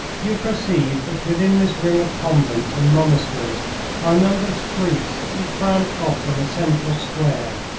you perceive that within this ring of convents and monasteries are a number of streets which branch off from a central square.